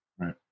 Right